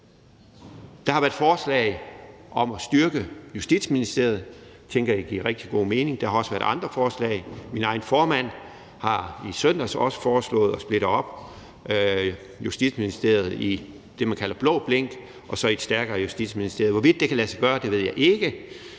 Der har været forslag om at styrke Justitsministeriet, og det tænker jeg giver rigtig god mening. Der har også været andre forslag. Min egen formand har i søndags også foreslået at splitte Justitsministeriet op i det, man kalder blå blink og i et stærkere Justitsministerium. Hvorvidt det kan lade sig gøre, ved jeg ikke,